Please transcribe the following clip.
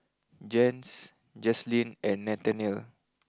Jens Jaslyn and Nathaniel